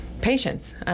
patience